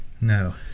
No